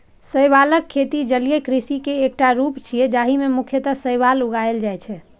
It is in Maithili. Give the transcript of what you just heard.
शैवालक खेती जलीय कृषि के एकटा रूप छियै, जाहि मे मुख्यतः शैवाल उगाएल जाइ छै